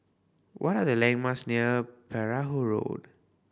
what are the landmarks near Perahu Road